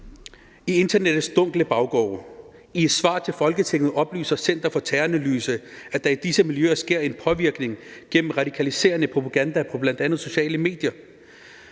i internettets dunkle baggårde. I et svar til Folketinget oplyser Center for Terroranalyse, at der i disse miljøer sker en påvirkning gennem radikaliserende propaganda på bl.a. sociale medier.